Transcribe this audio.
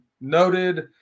noted